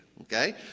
Okay